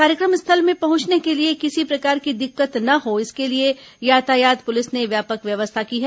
कार्यक्रम स्थल में पहुंचने के लिए किसी प्रकार की दिक्कत ने हो इसके लिए यातायात पुलिस ने व्यापक व्यवस्था की है